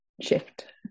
shift